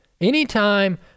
Anytime